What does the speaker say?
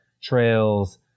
trails